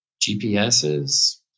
GPS's